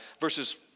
verses